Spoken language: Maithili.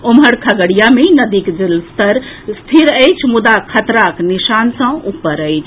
ओम्हर खगड़िया मे नदीक जलस्तर स्थिर अछि मुदा खतराक निशान सॅ ऊपर अछि